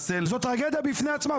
זו טרגדיה בפני עצמה,